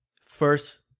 first